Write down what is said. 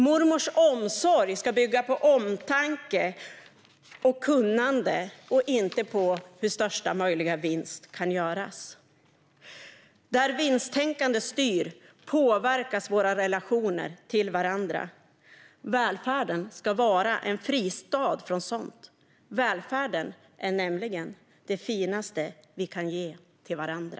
Mormors omsorg ska bygga på omtanke och kunnande, inte på hur största möjliga vinst kan göras. Där vinsttänkandet styr påverkas våra relationer till varandra. Välfärden ska vara en fristad från sådant. Välfärden är nämligen det finaste vi kan ge till varandra.